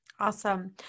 Awesome